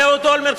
אהוד אולמרט,